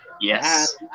yes